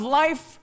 life